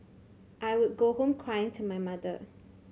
I would go home crying to my mother